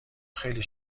خیلی